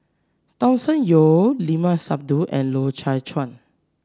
Thomas Yeo Limat Sabtu and Loy Chye Chuan